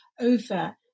over